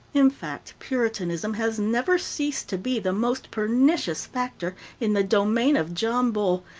in fact, puritanism has never ceased to be the most pernicious factor in the domain of john bull,